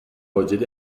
واجد